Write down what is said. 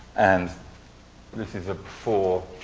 and this is a before,